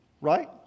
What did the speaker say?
right